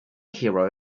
hero